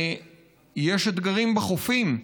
יש אתגרים בחופים.